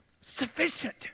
sufficient